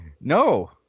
No